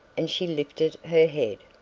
and she lifted her head.